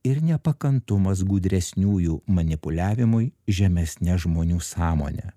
ir nepakantumas gudresniųjų manipuliavimui žemesne žmonių sąmone